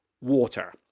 water